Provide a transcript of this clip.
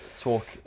talk